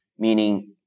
meaning